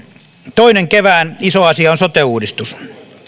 toinen kevään iso asia on sote uudistus